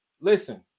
listen